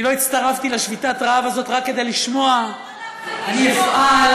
אני לא הצטרפתי לשביתת הרעב הזאת רק כדי לשמוע: אני אפעל,